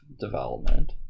development